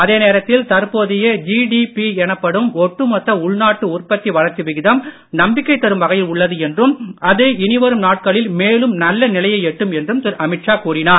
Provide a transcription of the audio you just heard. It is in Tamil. அதே நேரத்தில் தற்போதைய ஜிடிபி எனப்படும் ஒட்டுமொத்த உள்நாட்டு வளர்ச்சி விகிதம் நம்பிக்கை தரும் வகையில் உள்ளது என்றும் அது இனி வரும் நாட்களில் மேலும் நல்ல நிலையை எட்டும் என்றும் திரு அமித்ஷா கூறினார்